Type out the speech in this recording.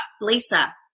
Lisa